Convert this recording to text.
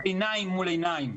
עיניים מול עיניים.